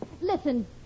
listen